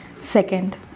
Second